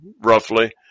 roughly